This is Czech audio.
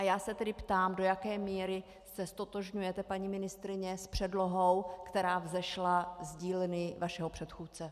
Já se tedy ptám, do jaké míry se ztotožňujete, paní ministryně, s předlohou, která vzešla z dílny vašeho předchůdce.